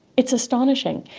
it's astonishing.